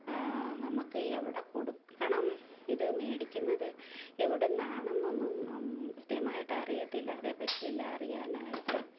നമുക്ക് എവിടെ കൊടുക്കണം ഇത് മേടിക്കുന്നത് എവിടെ നിന്നാണെന്നും നം കൃത്യമായിട്ട് അറിയത്തില്ല അതേപറ്റി എല്ലാം അറിയാനായിട്ട്